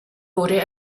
wurde